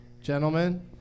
Gentlemen